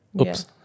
Oops